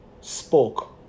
spoke